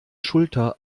schulter